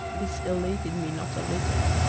this elated me not a little,